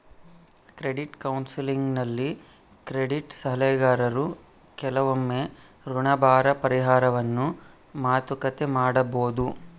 credit ಕೌನ್ಸೆಲಿಂಗ್ನಲ್ಲಿ credit ಸಲಹೆಗಾರರು ಕೆಲವೊಮ್ಮೆ ಋಣಭಾರ ಪರಿಹಾರವನ್ನು ಮಾತುಕತೆ ಮಾಡಬೊದು